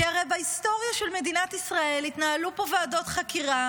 כי הרי בהיסטוריה של מדינת ישראל התנהלו פה ועדות חקירה